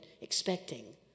expecting